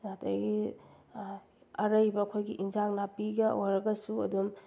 ꯑꯗꯒꯤ ꯑꯔꯩꯕ ꯑꯩꯈꯣꯏꯒꯤ ꯑꯦꯟꯁꯥꯡ ꯅꯥꯄꯤꯒ ꯑꯣꯏꯔꯒꯁꯨ ꯑꯗꯨꯝ